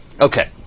Okay